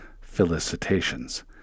Felicitations